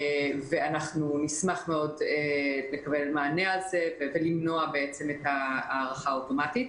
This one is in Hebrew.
אנחנו נשמח מאוד לקבל מענה על זה כדי למנוע את ההארכה האוטומטית.